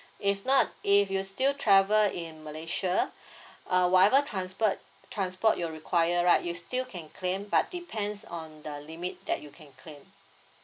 if not if you still travel in malaysia uh whatever transport transport your require right you still can claim but depends on the limit that you can claim